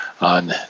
On